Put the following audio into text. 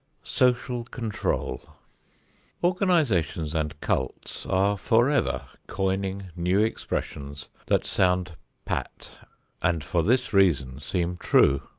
social control organizations and cults are forever coining new expressions that sound pat and for this reason seem true.